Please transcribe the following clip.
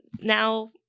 now